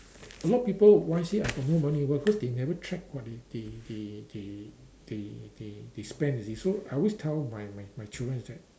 a lot people wisely I got no money you know why because they never track what they they they they they they they spend you see so I always tell my my my children is that